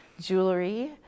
Jewelry